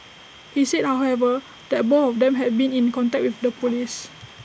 he said however that both of them had been in contact with the Police